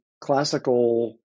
classical